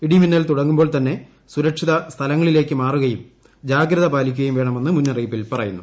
ഇടിമിന്നൽ തുടങ്ങുമ്പോൾ തന്നെ സുരക്ഷിത സ്ഥലങ്ങളിലേക്ക് മാറുകയും ജാഗ്രത പാലിക്കുകയും വേണമെന്ന് മുന്നറിയിപ്പിൽ പറയുന്നു